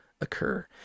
occur